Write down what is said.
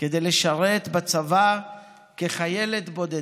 כדי לשרת בצבא כחיילת בודדה.